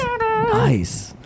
nice